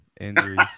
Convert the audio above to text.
Injuries